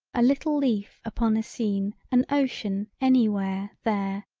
a little leaf upon a scene an ocean any where there,